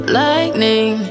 lightning